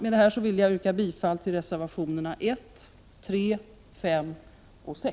Med detta vill jag yrka bifall till reservationerna 1,3, 5 och 6.